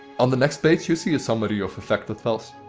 on the next page you see a summary of affected files.